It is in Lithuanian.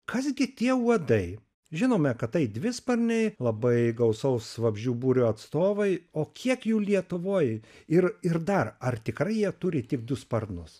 kas gi tie uodai žinome kad tai dvisparniai labai gausaus vabzdžių būrio atstovai o kiek jų lietuvoj ir ir dar ar tikrai jie turi tik du sparnus